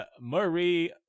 Marie